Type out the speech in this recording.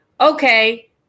Okay